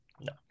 No